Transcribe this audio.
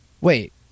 wait